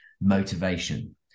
motivation